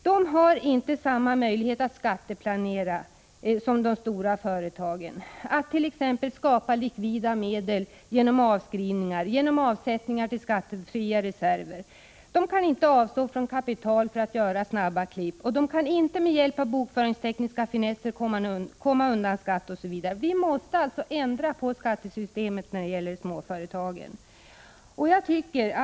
De har inte samma möjligheter att skatteplanera som de stora företagen och att t.ex. skapa likvida medel genom avskrivningar och genom avsättningar till skattefria reserver. De kan inte avstå från kapital för att göra snabba klipp. Och de kan inte med hjälp av bokföringstekniska finesser komma undan skatt, osv. Vi måste alltså ändra på skattesystemet då det gäller småföretagen.